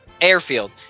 Airfield